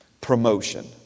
Promotion